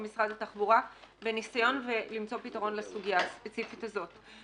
משרד התחבורה בניסיון למצוא פתרון לסוגיה הספציפית הזו.